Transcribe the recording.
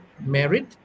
married